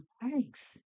thanks